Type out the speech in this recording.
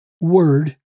word